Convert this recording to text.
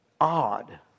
Odd